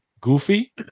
goofy